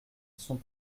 sont